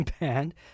band